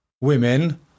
women